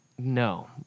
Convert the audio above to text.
No